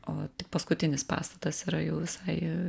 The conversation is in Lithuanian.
o paskutinis pastatas yra jau visai